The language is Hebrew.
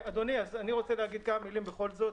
אדוני, אני רוצה להגיד כמה מילים בכל זאת.